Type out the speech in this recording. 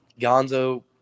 Gonzo